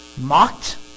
mocked